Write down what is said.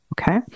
Okay